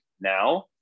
now